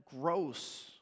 gross